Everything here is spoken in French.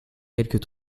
quelques